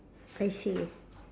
I see